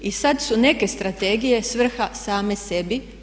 I sad su neke strategije svrha same sebi.